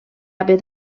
haver